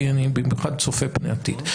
כי אני במיוחד צופה פני עתיד.